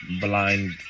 blind